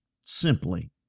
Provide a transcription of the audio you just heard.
simply